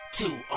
two